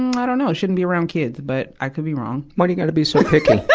i dunno, shouldn't be around kids, but i could be wrong. why do you gotta be so picky?